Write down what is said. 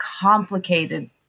complicated